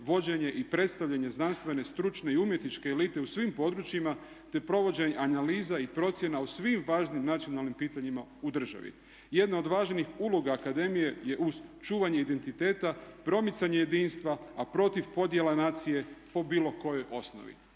vođenje i predstavljanje znanstvene, stručne i umjetničke elite u svim područjima, te provođenje analiza i procjena o svim važnim nacionalnim pitanjima u državi. Jedna od važnih uloga akademije je uz čuvanje identiteta promicanje jedinstva, a protiv podjela nacije po bilo kojoj osnovi.